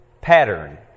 pattern